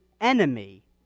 enemy